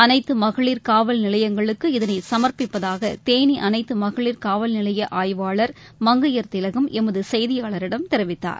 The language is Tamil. அனைத்துமகளிர் காவல்நிலையங்களுக்கு இதனைசமர்ப்பிப்பதாகதேனிஅனைத்து மகளிர் காவல்நிலையஆய்வாளர் மங்கையர்திலகம் எமதுசெய்தியாளரிடம் தெரிவித்தார்